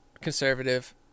conservative